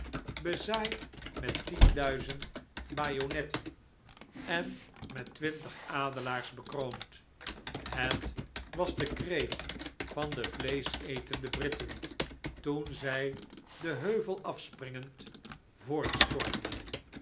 bezaaid met tien duizend bajonetten en met twintig adelaars gekroond het was de kreet van de vleeschetende britten toen zij den heuvel afspringend